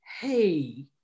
hey